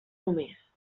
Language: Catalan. només